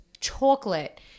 chocolate